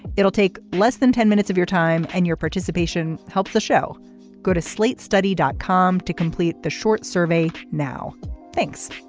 it'll take less than ten minutes of your time and your participation helps the show go to slate study dot com to complete the short survey. now thanks